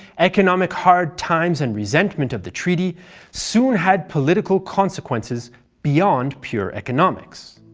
economic hard times and resentment of the treaty soon had political consequences beyond pure economics.